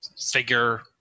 figure